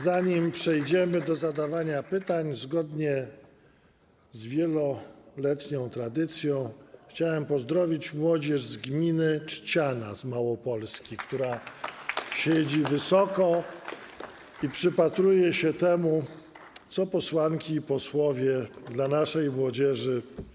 Zanim przejdziemy do zadawania pytań, zgodnie z wieloletnią tradycją chciałem pozdrowić młodzież z gminy Trzciana z Małopolski, która siedzi wysoko i przypatruje się temu, jaką przyszłość posłanki i posłowie szykują dla naszej młodzieży.